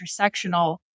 intersectional